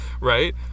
right